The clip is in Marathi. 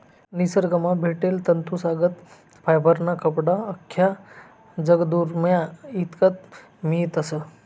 निसरगंमा भेटेल तंतूसनागत फायबरना कपडा आख्खा जगदुन्यामा ईकत मियतस